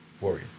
Warriors